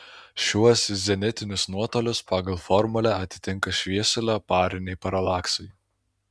šiuos zenitinius nuotolius pagal formulę atitinka šviesulio pariniai paralaksai